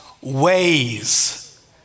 ways